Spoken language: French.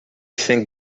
saint